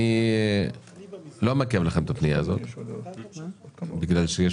אני לא מעכב לכם את הפנייה הזאת בגלל שיש